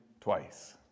twice